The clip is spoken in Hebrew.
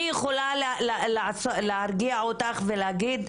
אני יכולה להרגיע אותך ולהגיד,